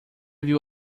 viu